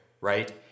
right